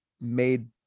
made